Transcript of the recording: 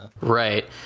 right